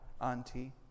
Auntie